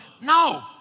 No